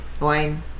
Wine